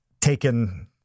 taken